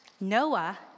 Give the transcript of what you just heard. Noah